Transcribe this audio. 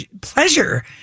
pleasure